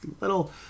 little